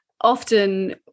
often